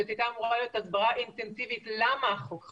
זו אמורה להיות הסברה אינטנסיבית למה החוק חשוב,